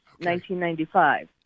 1995